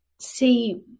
see